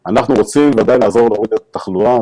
ודאי רוצים לעזור להוריד את התחלואה,